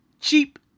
Cheap